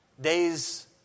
Days